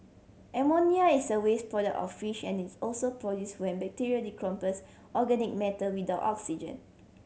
ammonia is a waste product of fish and is also produce when bacteria decompose organic matter without oxygen